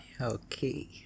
Okay